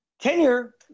tenure